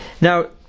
Now